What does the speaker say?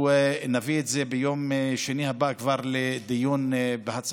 שנביא את זה כבר ביום שני הבא לדיון בוועדת